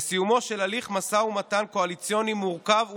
בסיומו של הליך משא ומתן קואליציוני מורכב וממושך,